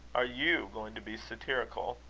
are you going to be satirical?